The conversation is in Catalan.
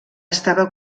estava